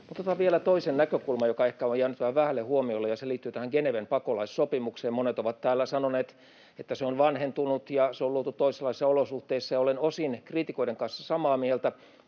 otan vielä toisen näkökulman, joka ehkä on jäänyt vähän vähälle huomiolle, ja se liittyy tähän Geneven pakolaissopimukseen. Monet ovat täällä sanoneet, että se on vanhentunut ja se on luotu toisenlaisissa olosuhteissa. Olen kriitikoiden kanssa osin samaa mieltä,